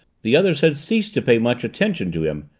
the others had ceased to pay much attention to him,